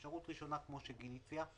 אפשרות ראשונה, כמו שגיל הציע,